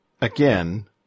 Again